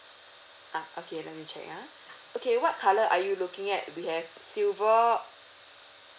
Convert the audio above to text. ah okay let me check ah okay what colour are you looking at we have silver